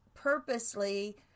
purposely